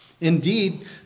Indeed